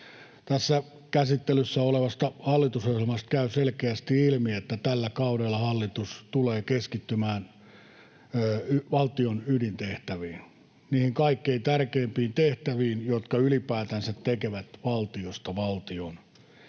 Tässä käsittelyssä olevasta hallitusohjelmasta käy selkeästi ilmi, että tällä kaudella hallitus tulee keskittymään valtion ydintehtäviin, niihin kaikkein tärkeimpiin tehtäviin, jotka ylipäätänsä tekevät valtiosta valtion.